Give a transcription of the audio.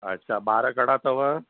अच्छा ॿार घणा अथव